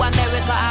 America